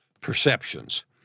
perceptions